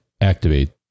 activate